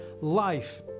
life